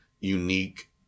unique